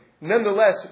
nonetheless